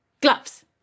Gloves